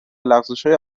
لغزشهای